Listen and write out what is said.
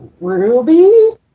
Ruby